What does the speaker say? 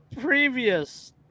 previous